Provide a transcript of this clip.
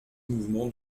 mouvements